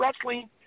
wrestling